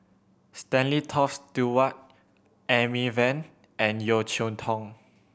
Stanley Toft Stewart Amy Van and Yeo Cheow Tong